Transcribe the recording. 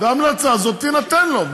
וההמלצה הזאת תינתן לו,